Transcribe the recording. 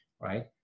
right